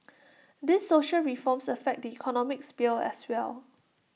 these social reforms affect the economic sphere as well